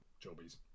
jobbies